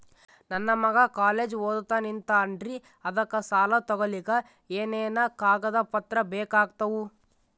ನನ್ನ ಮಗ ಕಾಲೇಜ್ ಓದತಿನಿಂತಾನ್ರಿ ಅದಕ ಸಾಲಾ ತೊಗೊಲಿಕ ಎನೆನ ಕಾಗದ ಪತ್ರ ಬೇಕಾಗ್ತಾವು?